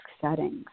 settings